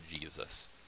Jesus